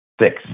six